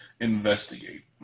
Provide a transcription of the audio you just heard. investigate